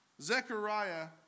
Zechariah